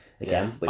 Again